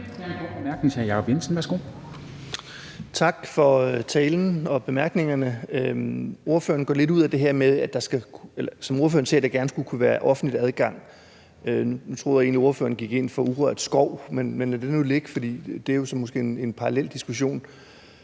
Tak for talen og bemærkningerne. Ordføreren gør lidt ud af det her med, at der, som ordføreren sagde, gerne skulle kunne være offentlig adgang. Nu troede jeg egentlig, ordføreren gik ind for urørt skov, men lad det nu ligge, for det er så måske en parallel diskussion.